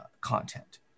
content